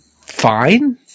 fine